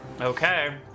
Okay